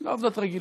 לא עובדות רגיל.